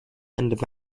and